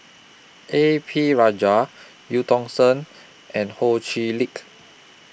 A P Rajah EU Tong Sen and Ho Chee Lick